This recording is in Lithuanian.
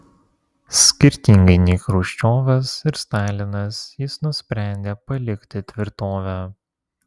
skirtingai nei chruščiovas ir stalinas jis nusprendė palikti tvirtovę